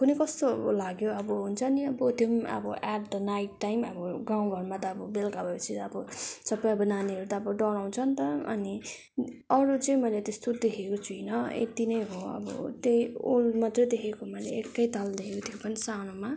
कुन्नि कस्तो लाग्यो अब हुन्छ नि अब त्यो पनि अब एट द नाइट टाइम अब गाउँघरमा त अब बेलुका भएपछि त अब सबै अब नानीहरू त अब डराउँछ नि त अनि अरू चाहिँ मैले त्यस्तो देखेको छुइनँ यत्ति नै हो अब त्यही उल्लु मात्रै देखेको मैले एकैताल देखेको त्यो पनि सानोमा